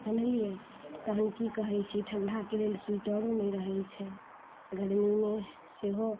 जनलियै तहन कि कहै छी ठण्डाके लेल स्वेटरो नहि रहै छै गरमीमे सेहो